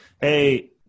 hey